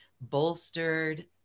bolstered